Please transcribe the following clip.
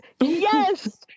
yes